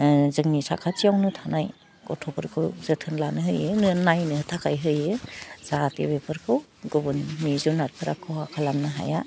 ओह जोंनि साखाथियावनो थानाय गथ'फोरखौ जोथोन लानो होयो नायनो थाखाय होयो जाहाथे बेफोरखौ गुबुननि मि जुनादफ्रा खहा खालामनो हाया